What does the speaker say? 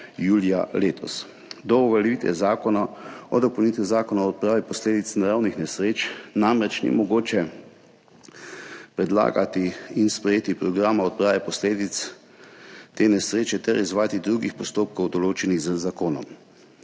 letos. Do uveljavitve Zakona o dopolnitvi Zakona o odpravi posledic naravnih nesreč namreč ni mogoče predlagati in sprejeti programa odprave posledic te nesreče ter izvajati drugih postopkov, določenih z zakonom.